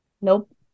Nope